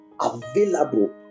available